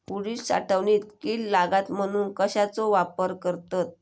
उडीद साठवणीत कीड लागात म्हणून कश्याचो वापर करतत?